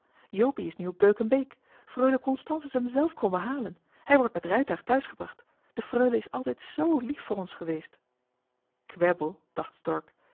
jopie is nu op beuk en beek freule constance is hem zelf komen halen hij wordt met rijtuig thuisgebracht de freule is altijd z lief voor ons kwebbel dacht